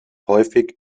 häufig